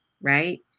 right